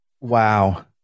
wow